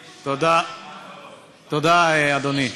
תודה, אדוני,